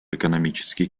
экономический